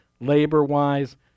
labor-wise